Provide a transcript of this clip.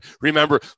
remember